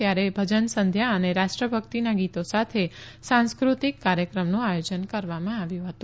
ત્યારે ભજનસંધ્યા અને રાષ્ટ્રભકિતના ગીતો સાથે સાંસ્કૃતિક કાર્યક્રમનું આયોજન કરવામાં આવ્યું હતું